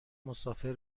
مسافر